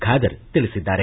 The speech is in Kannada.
ಖಾದರ್ ತಿಳಿಸಿದ್ದಾರೆ